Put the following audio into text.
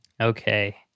Okay